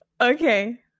Okay